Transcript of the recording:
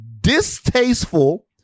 distasteful